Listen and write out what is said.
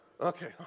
Okay